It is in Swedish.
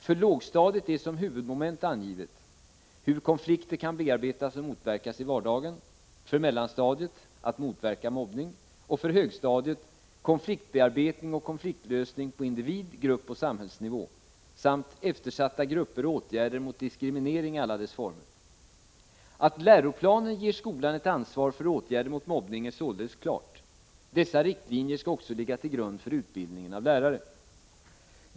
För lågstadiet är som huvudmoment angivet: ”Hur konflikter kan bearbetas och motverkas i vardagen”, för mellanstadiet: ”Att motverka mobbning” och för högstadiet: ”Konfliktbearbetning och konfliktlösning på individ-, gruppoch samhällsnivå” samt ”Eftersatta grupper och åtgärder mot diskriminering i alla dess former”. Att läroplanen ger skolan ett ansvar för åtgärder mot mobbning är således klart. Dessa riktlinjer skall också ligga till grund för utbildningen av lärare.